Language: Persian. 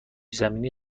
زمینی